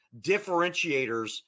differentiators